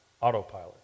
autopilot